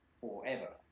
forever